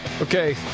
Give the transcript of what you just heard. Okay